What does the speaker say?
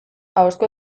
ahozko